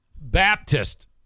Baptist